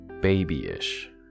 Babyish